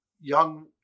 young